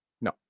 No